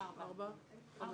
בעד,